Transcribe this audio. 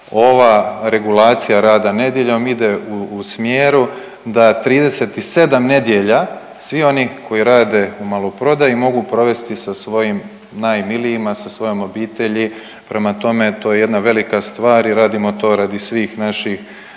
Ova regulacija rada nedjeljom ide u smjeru da 37 nedjelja, svi oni koji rade u maloprodaji mogu provesti sa svojim najmilijima, sa svojom obitelji, prema tome to je jedna velika stvar i radimo to radi svih naših